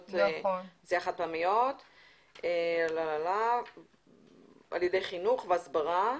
נשיאה חד פעמיות על ידי חינוך והסברה.